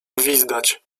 gwizdać